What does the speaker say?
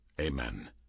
Amen